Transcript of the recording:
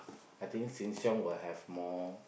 I think Sheng-Shiong will have more